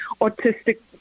autistic